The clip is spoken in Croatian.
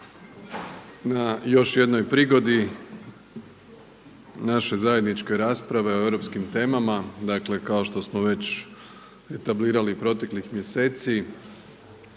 na još jednoj prigodi naše zajedničke rasprave o europskim temama. Dakle, kao što smo već etablirali i proteklih mjeseci